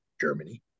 Germany